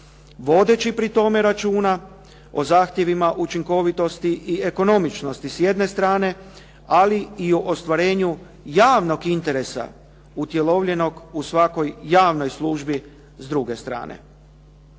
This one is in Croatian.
vodeći pri tome računa o zahtjevima učinkovitosti i ekonomičnosti s jedne strane ali i ostvarenju javnog interesa utjelovljenog u svakoj javnoj službi s druge strane.